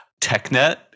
TechNet